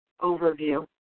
overview